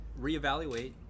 reevaluate